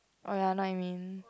oh ya know what you mean